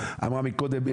אמרה מקודם,